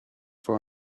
for